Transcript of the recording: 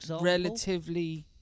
relatively